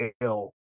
ill